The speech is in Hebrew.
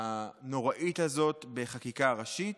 הנוראית הזאת בחקיקה ראשית.